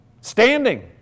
Standing